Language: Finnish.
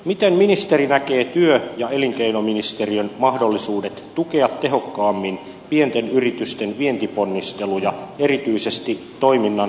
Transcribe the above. miten ministeri näkee työ ja elinkeinoministeriön mahdollisuudet tukea tehokkaammin pienten yritysten vientiponnisteluja erityisesti toiminnan alkuvaiheessa